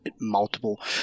multiple